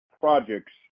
projects